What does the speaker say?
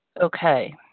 Okay